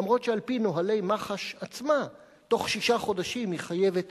למרות שעל-פי נוהלי מח"ש עצמה תוך שישה חודשים היא חייבת